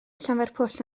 llanfairpwll